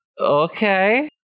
Okay